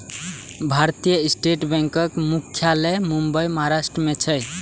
भारतीय स्टेट बैंकक मुख्यालय मुंबई, महाराष्ट्र मे छै